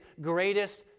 greatest